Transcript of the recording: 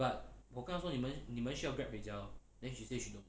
but 我告诉你们你们需要 grab 回家 then she says you know